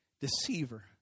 Deceiver